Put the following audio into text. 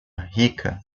rica